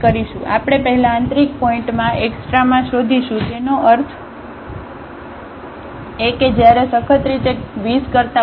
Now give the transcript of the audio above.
આપણે પહેલા આંતરિક પોઇન્ટમાં એક્સ્ટ્રામા શોધીશું તેનો અર્થ એ કે જ્યારે સખત રીતે 20 કરતા ઓછા હોય